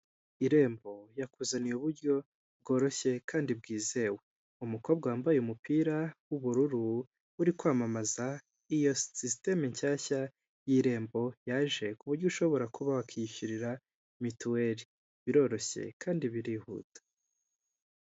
Irembo yakuzaniye uburyo bworoshye kandi bwizewe, umukobwa wambaye umupira w'ubururu, uri kwamamaza iyo sisiteme nshyashya y'irembo yaje ku buryo, ushobora kuba wakishyurira mituweri biroroshye kandi birihuta.